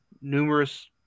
numerous